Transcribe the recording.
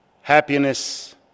happiness